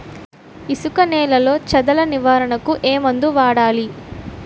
ఇసుక నేలలో చదల నివారణకు ఏ మందు వాడాలి?